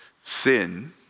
Sin